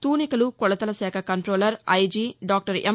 తూనికలు కొలతలశాఖ controller IG doctor ఎం